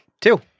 Two